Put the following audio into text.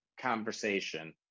conversation